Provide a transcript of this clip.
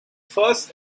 first